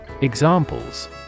Examples